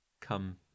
come